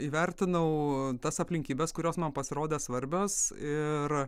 įvertinau tas aplinkybes kurios man pasirodė svarbios ir